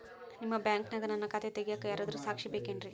ನಿಮ್ಮ ಬ್ಯಾಂಕಿನ್ಯಾಗ ನನ್ನ ಖಾತೆ ತೆಗೆಯಾಕ್ ಯಾರಾದ್ರೂ ಸಾಕ್ಷಿ ಬೇಕೇನ್ರಿ?